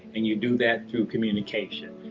and you do that through communication.